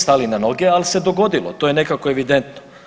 Stali na noge, ali se dogodilo to je nekako evidentno.